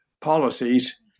policies